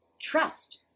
trust